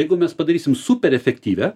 jeigu mes padarysim super efektyvią